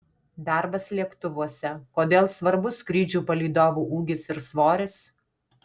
darbas lėktuvuose kodėl svarbus skrydžių palydovų ūgis ir svoris